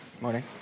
Morning